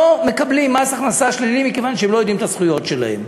מקבלים מס הכנסה שלילי מכיוון שהם לא יודעים את הזכויות שלהם.